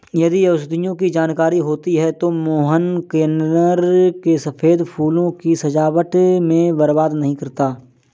यदि औषधियों की जानकारी होती तो मोहन कनेर के सफेद फूलों को सजावट में बर्बाद नहीं करता